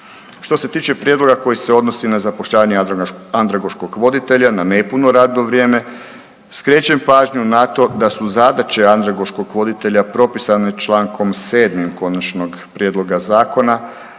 Što se tiče prijedloga koji se odnosi na zapošljavanje andragoškog voditelja na nepuno radno vrijeme skrećem pažnju na to da su zadaće andragoškog voditelja propisane Člankom 7. konačnog prijedloga zakona